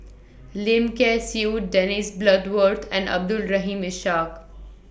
Lim Kay Siu Dennis Bloodworth and Abdul Rahim Ishak